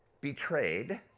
Betrayed